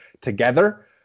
together